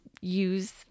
use